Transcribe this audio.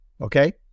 okay